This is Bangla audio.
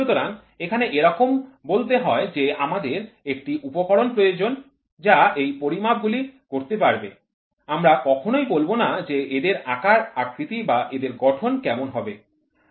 সুতরাং এখানে এরকম বলতে হয় যে আমাদের একটি উপকরণ প্রয়োজন যা এই পরিমাপ গুলি করতে পারবে আমরা কখনোই বলবো না যে এদের আকার আকৃতি বা এদের গঠন কেমন হবে